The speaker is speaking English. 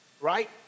right